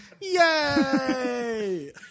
Yay